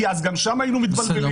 כי אז גם שם היינו מתבלבלים.